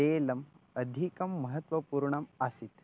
तैलम् अधिकं महत्वपूर्णम् आसीत्